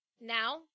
Now